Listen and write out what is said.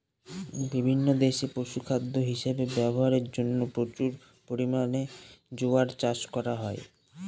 বিভিন্ন দেশে পশুখাদ্য হিসাবে ব্যবহারের জন্য প্রচুর পরিমাণে জোয়ার চাষ করা হয়